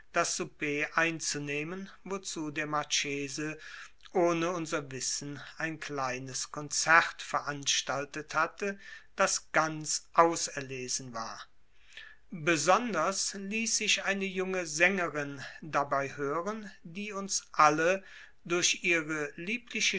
das souper einzunehmen wozu der marchese ohne unser wissen ein kleines konzert veranstaltet hatte das ganz auserlesen war besonders ließ sich eine junge sängerin dabei hören die uns alle durch ihre liebliche